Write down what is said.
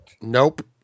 Nope